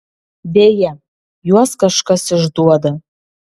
deja juos kažkas išduoda